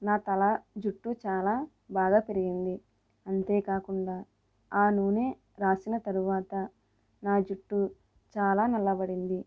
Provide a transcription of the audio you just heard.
నా తల జుట్టు చాలా బాగా పెరిగింది అంతేకాకుండా ఆ నూనె రాసిన తరువాత నా జుట్టు చాలా నల్లబడింది